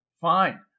Fine